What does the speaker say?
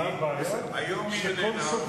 היום היא איננה.